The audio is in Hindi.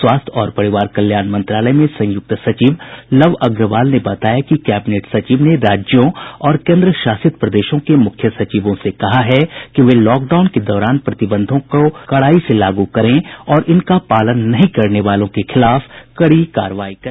स्वास्थ्य और परिवार कल्याण मंत्रालय में संयुक्त सचिव लव अग्रवाल ने बताया कि कैबिनेट सचिव ने राज्यों और केंद्रशासित प्रदेशों के मूख्य सचिवों से कहा है कि वे लॉकडाउन के दौरान प्रतिबंधों को कड़ाई से लागू करें और इनका पालन न करने वालों के खिलाफ कड़ी कार्रवाई करें